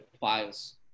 files